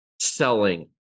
selling